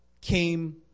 came